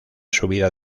subida